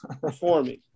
performing